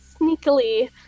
sneakily